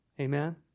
Amen